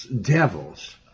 devils